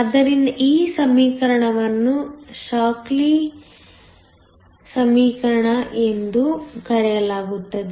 ಆದ್ದರಿಂದ ಈ ಸಮೀಕರಣವನ್ನು ಶಾಕ್ಲಿ ಸಮೀಕರಣ ಎಂದು ಕರೆಯಲಾಗುತ್ತದೆ